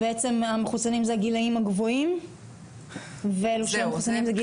המחוסנים זה הגילאים הגבוהים ואלו שלא מחוסנים זה גילאים צעירים?